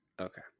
Okay